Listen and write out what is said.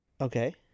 Okay